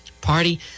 Party